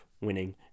winning